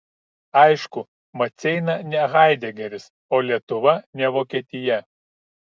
aišku maceina ne haidegeris o lietuva ne vokietija